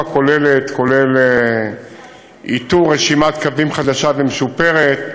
הכוללת איתור רשימת קווים חדשה ומשופרת,